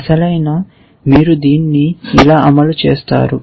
అసలైన మీరు దీన్ని ఇలా అమలు చేస్తారు